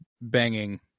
banging